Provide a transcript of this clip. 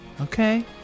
Okay